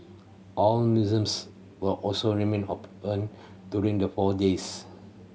all museums will also remain open during the four days